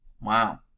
Wow